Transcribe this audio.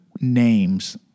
names